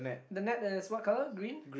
the net is what color green